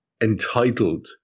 entitled